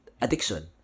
Addiction